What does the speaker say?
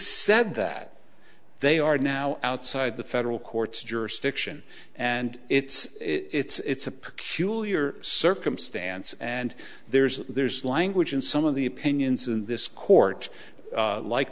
said that they are now outside the federal court's jurisdiction and it's it's a peculiar circumstance and there's there's language in some of the opinions in this court like